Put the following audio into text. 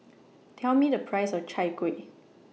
Tell Me The Price of Chai Kuih